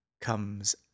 comes